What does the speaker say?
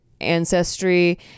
Ancestry